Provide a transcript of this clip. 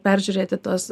peržiūrėti tuos